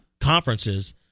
conferences